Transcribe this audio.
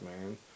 man